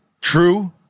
true